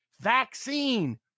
vaccine